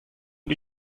die